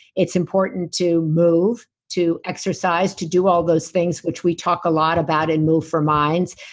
it's important to move, to exercise, to do all those things which we talk a lot about in move for minds.